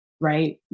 Right